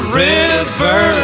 river